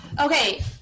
Okay